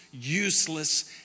useless